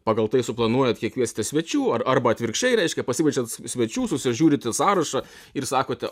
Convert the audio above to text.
pagal tai suplanuojat kiek kviesti svečių ar arba atvirkščiai reiškia pasikviečiant svečių susižiūrite sąrašą ir sakote